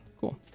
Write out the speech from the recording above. Cool